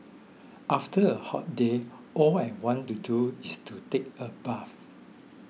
after a hot day all I want to do is to take a bath